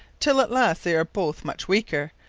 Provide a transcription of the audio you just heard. till at last they are both much weaker,